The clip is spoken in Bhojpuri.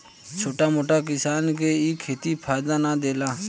छोट मोट किसान के इ खेती फायदा ना देला